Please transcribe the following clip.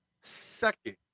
Second